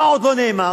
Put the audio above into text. מה עוד לא נאמר?